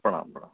प्रणाम प्रणाम